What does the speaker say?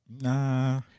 Nah